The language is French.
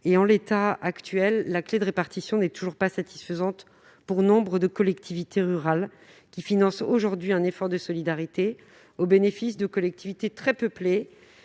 En l'état actuel, la clé de répartition n'est toujours pas satisfaisante. Aujourd'hui, nombre de collectivités rurales font un effort de solidarité au bénéfice de collectivités très peuplées,